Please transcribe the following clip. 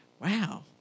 wow